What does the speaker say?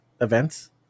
events